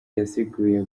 yasiguye